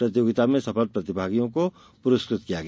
प्रतियोगिता में सफल प्रतिभागियों को पुरस्कृत किया गया